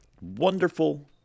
wonderful